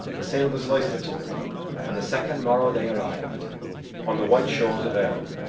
the sail was hoisted to it and the second morrow they arrived on the white shores of erin.